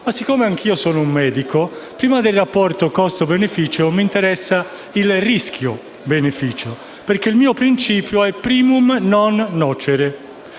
ma poiché anche io sono un medico, prima del rapporto costo-beneficio, mi interessa il rapporto rischio-beneficio, perché il mio principio è *primum non nocere*.